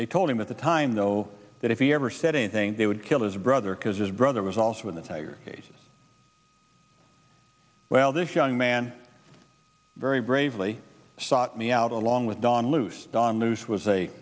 they told him at the time though that if he ever said anything they would kill his brother because his brother was also in the tiger cases well this young man very bravely sought me out along with dawn loose on loose was a